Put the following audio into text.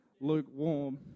lukewarm